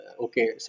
okay